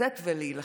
לצאת ולהילחם.